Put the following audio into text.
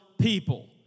people